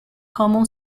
common